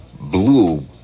blue